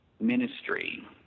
ministry